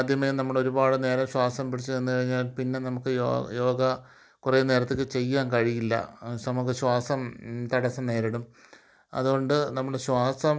ആദ്യമേ നമ്മൾ ഒരുപാട് നേരം ശ്വാസം പിടിച്ച് നിന്നു കഴിഞ്ഞാൽ പിന്നെ നമുക്ക് യോഗ കുറേ നേരത്തേക്ക് ചെയ്യാൻ കഴിയില്ല സമുക്ക് ശ്വാസം തടസ്സം നേരിടും അതുകൊണ്ട് നമ്മൾ ശ്വാസം